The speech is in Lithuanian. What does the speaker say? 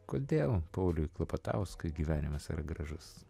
kodėl pauliui klapatauskui gyvenimas yra gražus